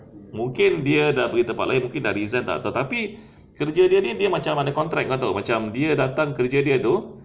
mungkin dia dah pergi tempat lain mungkin dah resign [tau] tapi kerja dia ni macam ada contract kau tahu macam dia datang kerja dia tu